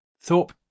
Thorpe